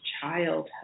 childhood